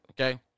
Okay